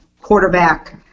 quarterback